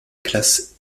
classe